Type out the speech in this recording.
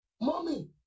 Mommy